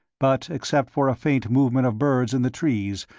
but except for a faint movement of birds in the trees,